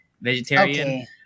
vegetarian